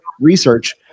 research